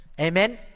Amen